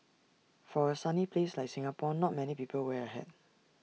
for A sunny place like Singapore not many people wear A hat